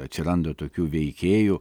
atsiranda tokių veikėjų